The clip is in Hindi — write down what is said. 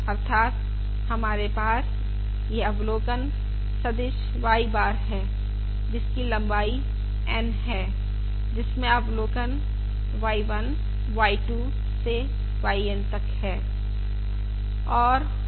अर्थात हमारे पास यह अवलोकन सदिश y बार है जिसकी लंबाई N है जिसमें अवलोकन y 1 y 2 से yN तक है